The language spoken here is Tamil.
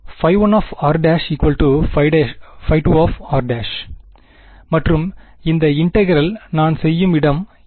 ϕ1r′ ϕ2r′ மற்றும் இந்த இன்டெகிரல் நான் செய்யும் இடம் எஸ்